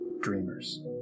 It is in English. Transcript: dreamers